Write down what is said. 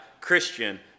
Christian